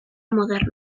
modernoa